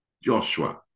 Joshua